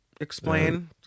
explain